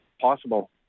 possible